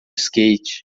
skate